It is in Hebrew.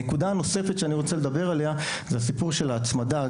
הנקודה הנוספת שאני רוצה לדבר עליה זה הסיפור של ההצמדה.